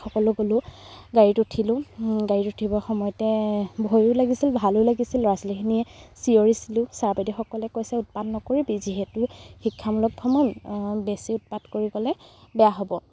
সকলো গ'লোঁ গাড়ীত উঠিলোঁ গাড়ীত উঠিবৰ সময়তে ভয়ো লাগিছিল ভালো লাগিছিল ল'ৰা ছোৱালীখিনিয়ে চিঞৰিছিলোঁ ছাৰ বাইদেউসকলে কৈছে উৎপাত নকৰিবি যিহেতু শিক্ষামূলক ভ্ৰমণ বেছি উৎপাত কৰি গ'লে বেয়া হ'ব